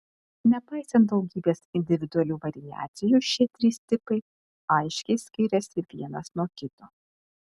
nepaisant daugybės individualių variacijų šie trys tipai aiškiai skiriasi vienas nuo kito